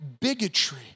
bigotry